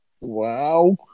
Wow